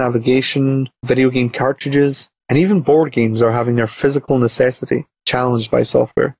navigation video game cartridges and even board games are having their physical necessity challenged by software